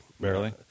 barely